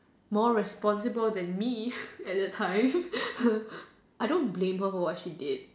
more responsible than me at that time I don't blame her for what she did